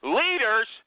leaders